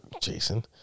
Jason